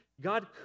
God